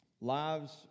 lives